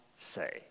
say